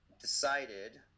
decided